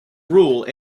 rule